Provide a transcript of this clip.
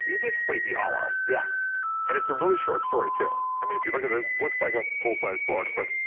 he did sleepy hollow. yeah. rick and it's a really short story, too. i mean, if you look at this, it looks like a full-sized book, but